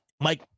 Mike